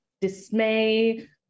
dismay